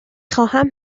خواهم